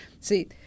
See